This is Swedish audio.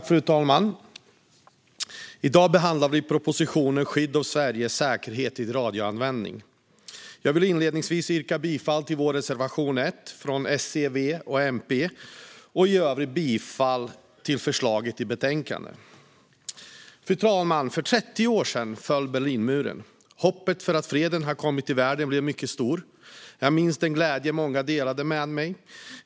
Fru talman! I dag behandlar vi propositionen Skydd av Sveriges säkerhet vid radioanvändning . Jag vill inledningsvis yrka bifall till reservation 1 från S, C, V och MP och i övrigt bifall till förslaget i betänkandet. För 30 år sedan föll Berlinmuren. Hoppet om att freden hade kommit till världen var mycket stort. Jag minns den glädje många delade med mig.